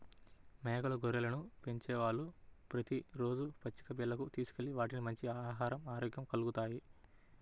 మేకలు, గొర్రెలను పెంచేవాళ్ళు ప్రతి రోజూ పచ్చిక బీల్లకు తీసుకెళ్తే వాటికి మంచి ఆహరం, ఆరోగ్యం కల్గుతాయి